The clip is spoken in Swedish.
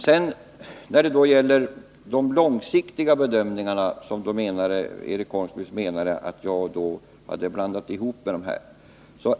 Låt mig sedan beröra de långsiktga bedömningarna, som Eric Holmqvist menade att jag blandade ihop med de kortsiktiga.